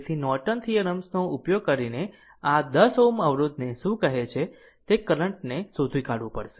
તેથી Norton theorems નો ઉપયોગ કરીને આ 10 Ω અવરોધને શું કહે છે તે કરંટ ને શોધી કાઢવું પડશે